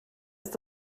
ist